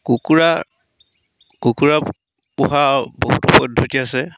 কুকুৰা কুকুৰা পোহা বহুতো পদ্ধতি আছে